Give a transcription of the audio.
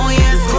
yes